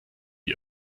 die